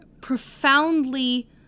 profoundly